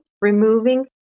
removing